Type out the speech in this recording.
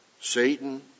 Satan